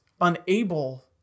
unable